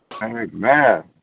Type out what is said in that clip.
Man